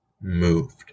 moved